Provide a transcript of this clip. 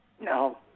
No